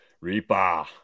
Reaper